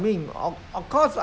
of course they try to